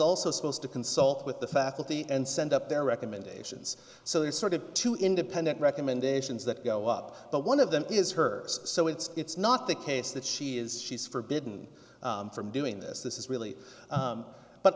also supposed to consult with the faculty and send up their recommendations so they are sort of two independent recommendations that go up but one of them is her so it's it's not the case that she is she's forbidden from doing this this is really